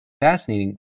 fascinating